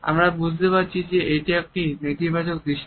আমরা বুঝতে পারছি যে এটি একটি নেতিবাচক দৃষ্টি